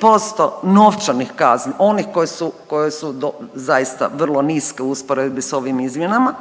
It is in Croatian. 3% novčanih kazni, onih koje su zaista vrlo niske u usporedbi sa ovim izmjenama.